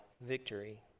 victory